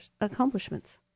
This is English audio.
accomplishments